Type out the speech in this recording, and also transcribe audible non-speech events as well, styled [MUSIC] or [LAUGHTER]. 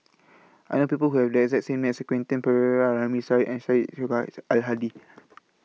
I know People Who Have The exact same name as Quentin Pereira Ramli Sarip and Syed [UNINTELLIGIBLE] Al Hadi [NOISE]